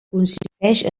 consisteix